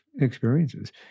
experiences